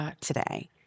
today